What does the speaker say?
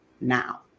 Now